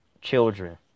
children